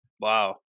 Wow